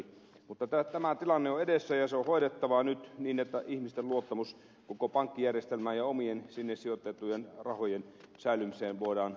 mutta tämä tilanne on edessä ja se on hoidettava nyt niin että ihmisten luottamus koko pankkijärjestelmään ja omien sinne sijoitettujen rahojen säilymiseen voidaan taata